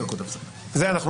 הישיבה